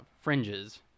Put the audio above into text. fringes